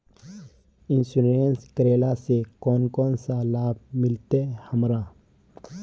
Insurance करेला से कोन कोन सा लाभ मिलते हमरा?